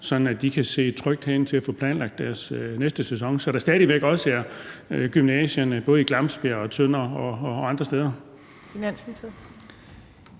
at de kan se trygt hen til at få planlagt deres næste sæson, så der stadig væk også er gymnasier i både Glamsbjerg og Tønder og andre steder?